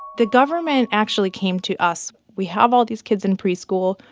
the government actually came to us. we have all these kids in preschool.